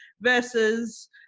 versus